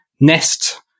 Nest